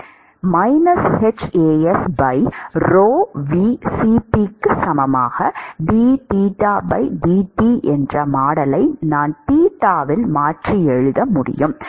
h A s ρVCp க்கு சமமாக dϴdt என்று மாடலை நான் தீட்டாவில் மாற்றி எழுத முடியும்